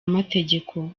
amategeko